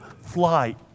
flight